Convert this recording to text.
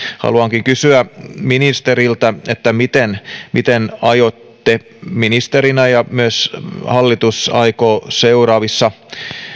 haluankin kysyä ministeriltä miten miten aiotte ministerinä ja myös hallitus aikoo seuraavissa